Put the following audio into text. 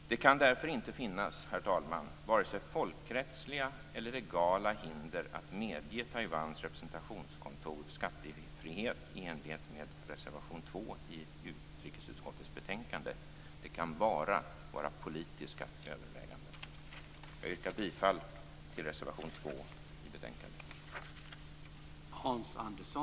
Det kan därför, herr talman, inte finnas vare sig folkrättsliga eller legala hinder mot att medge Det kan bara röra sig om politiska överväganden. Jag yrkar bifall till reservation 2 vid betänkandet.